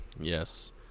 Yes